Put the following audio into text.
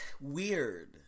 weird